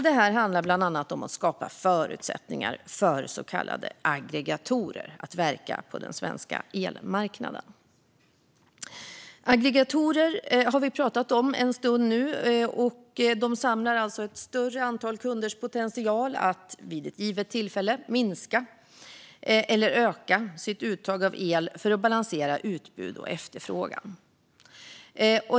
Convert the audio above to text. Det handlar bland annat om att skapa förutsättningar för så kallade aggregatorer att verka på den svenska elmarknaden. Genomförande av elmarknadsdirektivet när det gäller leverans av el och aggreger-ingstjänster Aggregatorer har vi pratat om en stund nu. De samlar alltså ett större antal kunders potential att vid ett givet tillfälle minska eller öka sitt uttag av el för att balansera utbud och efterfrågan.